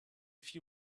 few